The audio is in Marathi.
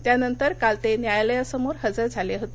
त्यानंतर काल ते न्यायालयासमोर हजर झाले होते